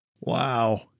Wow